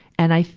and i,